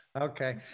Okay